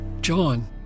John